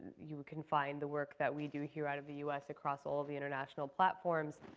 you can find the work that we do here out of the us across all of the international platforms.